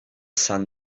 sun